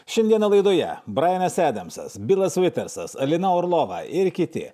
šiandieną laidoje brajanas adamsas bilas vitersas alina orlova ir kiti